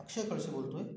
अक्षय खडसे बोलतो आहे